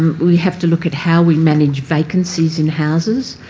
we have to look at how we manage vacancies in houses,